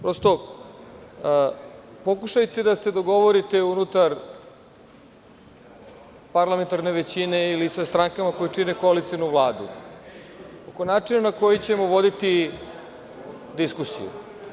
Pokušajte da se dogovorite unutar parlamentarne većine ili sa strankama koje čine koalicionu Vladu oko načina na koji ćemo voditi diskusiju.